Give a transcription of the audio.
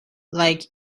like